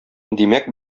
димәк